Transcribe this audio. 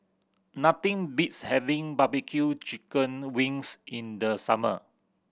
nothing beats having barbecue chicken wings in the summer